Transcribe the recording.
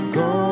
go